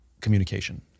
communication